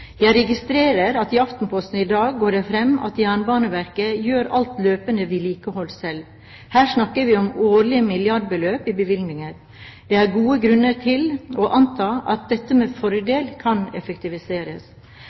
Jeg registrerer at i Aftenposten i dag går det fram at Jernbaneverket gjør alt løpende vedlikehold selv. Her snakker vi om årlige milliardbeløp i bevilgninger. Det er gode grunner til å anta at dette med